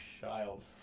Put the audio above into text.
child